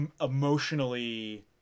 emotionally